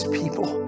people